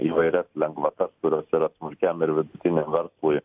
įvairias lengvatas kurios yra smulkiam ir vidutiniam verslui